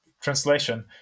translation